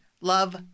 love